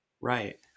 Right